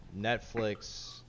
Netflix